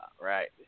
Right